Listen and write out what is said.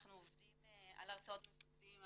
אנחנו עובדים על הרצאות מפקדים,